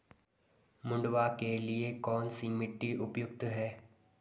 मंडुवा के लिए कौन सी मिट्टी उपयुक्त है?